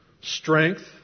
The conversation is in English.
strength